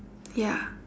ya